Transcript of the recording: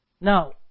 Now